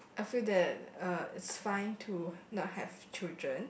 I feel that uh it's fine to not have children